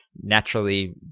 naturally